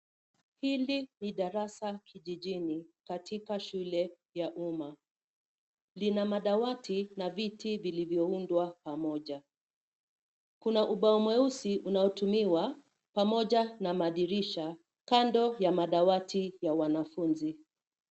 Hili ni darasa kijijini katika shule ya umma, lina madawati na viti vilivyoundwa pamoja. Kuna ubao mweusi unaotumiwa pamoja na madirisha kando ya madawati ya wanafunzi.